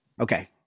Okay